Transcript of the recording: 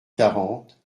quarante